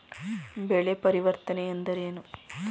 ಬೆಳೆ ಪರಿವರ್ತನೆ ಎಂದರೇನು?